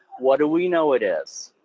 what do we know it is?